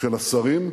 של השרים,